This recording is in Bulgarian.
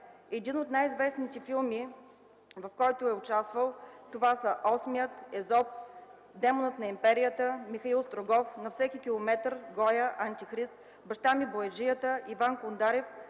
Едни от най-известните филми, в които е участвал, са: „Осмият”, „Езоп”, „Демонът на империята”, „Михаил Строгов”, „На всеки километър”, „Гоя”, „Антихрист”, „Баща ми бояджията”, „Иван Кондарев”,